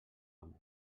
amo